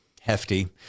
hefty